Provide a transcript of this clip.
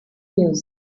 music